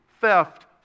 theft